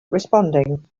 responding